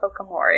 Pokemori